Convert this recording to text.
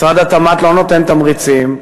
משרד התמ"ת לא נותן תמריצים,